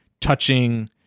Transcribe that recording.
touching